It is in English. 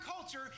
culture